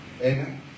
Amen